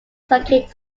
circuit